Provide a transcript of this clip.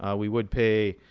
ah we would pay